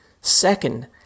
Second